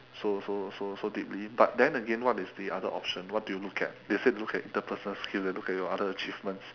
so so so so deeply but then again what is the other option what do you look at they say look at interpersonal skill they look at your other achievements